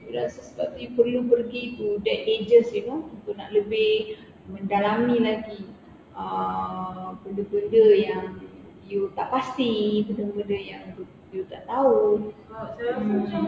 you rasa sebab you perlu pergi to that ages you know to nak lebih mendalami lagi uh benda-benda yang you tak pasti benda-benda yang you tak tahu mm